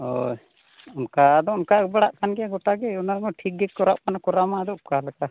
ᱦᱳᱭ ᱚᱱᱠᱟ ᱫᱚ ᱚᱱᱠᱟ ᱵᱟᱲᱟᱜ ᱠᱟᱱ ᱜᱮᱭᱟ ᱜᱳᱴᱟᱜᱮ ᱚᱱᱟ ᱢᱟ ᱴᱷᱤᱠ ᱜᱮ ᱠᱚᱨᱟᱜ ᱠᱟᱱᱟ ᱠᱚᱨᱟᱣ ᱢᱟ ᱚᱠᱟ ᱞᱮᱠᱟ